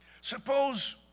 Suppose